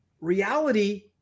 reality